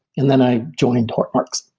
and then i joined hortonworks.